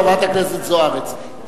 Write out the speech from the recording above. חברת הכנסת זוארץ,